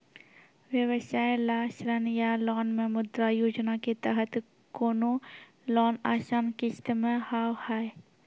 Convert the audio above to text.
व्यवसाय ला ऋण या लोन मे मुद्रा योजना के तहत कोनो लोन आसान किस्त मे हाव हाय?